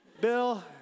Bill